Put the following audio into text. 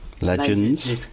Legends